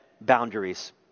boundaries